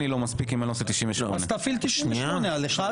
אני לא מספיק אם אני לא עושה 98. אז תפעיל את סעיף 98 על אחד,